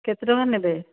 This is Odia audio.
କେତେ ଟଙ୍କା ନେବେ